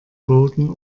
boden